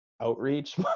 outreach